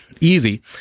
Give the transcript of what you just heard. easy